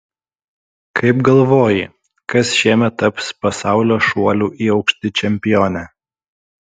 kaip galvoji kas šiemet taps pasaulio šuolių į aukštį čempione